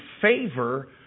favor